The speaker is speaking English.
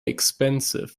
expensive